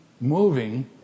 moving